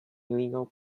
illegal